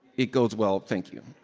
it goes well, thank you